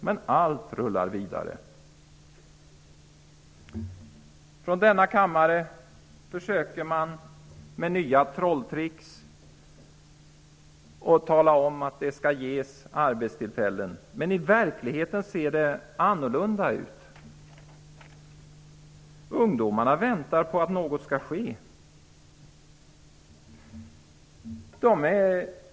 Men allt rullar vidare. Med hjälp av nya trolleritrick försöker denna kammare att skapa arbetstillfällen. I verkligheten ser det annorlunda ut. Ungdomarna väntar på att något skall ske.